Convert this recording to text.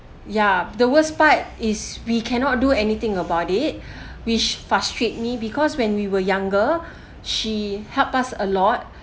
ya the worst part is we cannot do anything about it which frustrates me because when we were younger she help us a lot